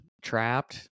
trapped